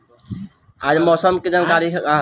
आज मौसम के जानकारी का ह?